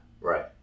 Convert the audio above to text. right